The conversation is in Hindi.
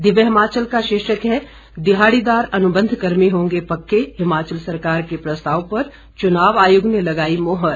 दिव्य हिमाचल का शीर्षक है दिहाड़ीदार अनुबंध कर्मी होंगे पक्के हिमाचल सरकार के प्रस्ताव पर चुनाव आयोग ने लगाई मुहर